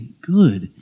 good